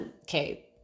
okay